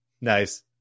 Nice